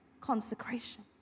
Consecration